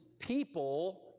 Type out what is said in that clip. People